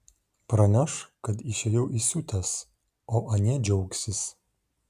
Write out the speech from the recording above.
praneš kad išėjau įsiutęs o anie džiaugsis